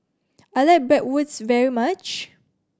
I like Bratwurst very much